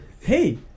hey